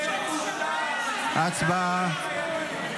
הצבעה.